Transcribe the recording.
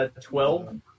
Twelve